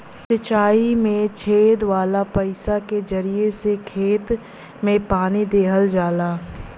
सिंचाई में छेद वाला पाईप के जरिया से खेत में पानी देहल जाला